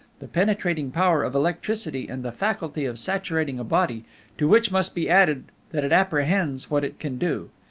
the penetrating power of electricity, and the faculty of saturating a body to which must be added that it apprehends what it can do.